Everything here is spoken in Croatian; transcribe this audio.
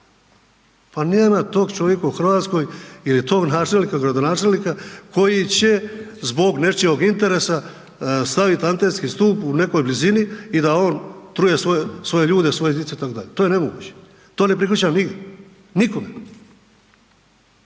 pa nema tog čovjeka u RH jel je to načelnika i gradonačelnika koji će zbog nečijeg interesa stavit antenski stup u nekoj blizini i da on truje svoje ljude, svoje …/Govornik se ne razumije/…to je nemoguće, to ne prihvaćam nigdje, nikome.